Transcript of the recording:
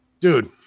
Dude